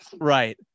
Right